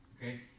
Okay